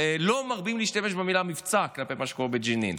לא מרבים להשתמש במילה "מבצע" כלפי מה שקורה בג'נין.